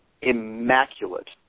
immaculate